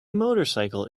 motorcycle